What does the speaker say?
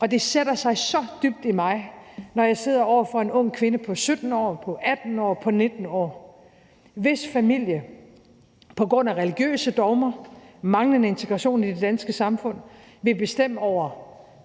og det sætter sig så dybt i mig, når jeg sidder over for en ung kvinde på 17 år, 18 år eller 19 år, hvis familie på grund af religiøse dogmer og manglende integration i det danske samfund vil bestemme over